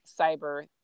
cyber